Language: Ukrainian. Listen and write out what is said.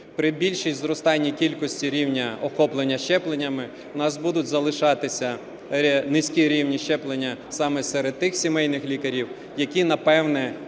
При більшому зростанні кількості рівня охоплення щепленнями у нас будуть залишатися низькі рівні щеплення саме серед тих сімейних лікарів, які, напевно,